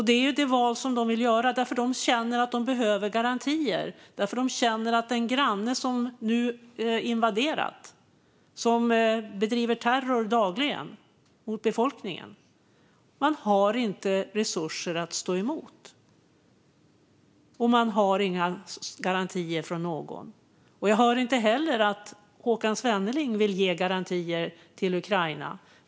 Det är det val de vill göra, eftersom de känner att de behöver garantier. De har ju en granne som nu har invaderat dem och dagligen bedriver terror mot befolkningen. De har inte resurser att stå emot detta, och de har inga garantier från någon. Jag hör inte heller att Håkan Svenneling vill ge garantier till Ukraina.